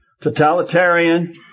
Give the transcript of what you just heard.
totalitarian